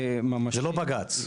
לא בג"ץ.